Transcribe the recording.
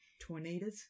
Tornadoes